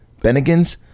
Bennigans